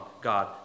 God